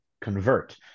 convert